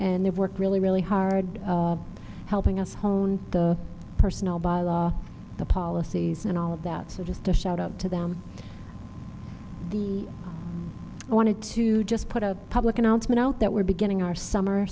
they work really really hard helping us hone the personal bylaw the policies and all of that so just to shout up to them he wanted to just put a public announcement out that we're beginning our summer